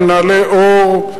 בנעלי עור,